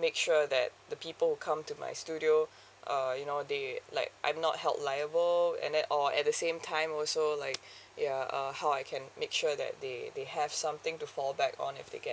make sure that the people who come to my studio uh you know they like I'm not held liable and that or at the same time also like ya err how I can make sure that they they have something to fall back on if they get